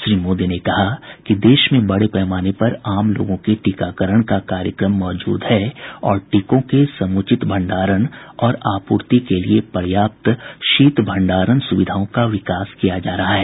श्री मोदी ने कहा कि देश में बड़े पैमाने पर आम लोगों के टीकाकरण का कार्यक्रम मौजूद है और टीकों के समुचित भंडारण और आपूर्ति के लिए पर्याप्त शीत भंडारण स्विधाओं का विकास किया जा रहा है